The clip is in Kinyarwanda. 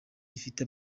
ifite